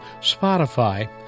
Spotify